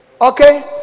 Okay